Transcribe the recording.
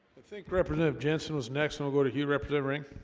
i think represent jensen was next we'll go to hue represent ring